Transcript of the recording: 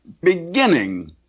beginning